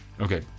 okay